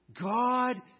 God